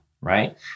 right